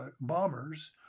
bombers